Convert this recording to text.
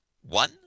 One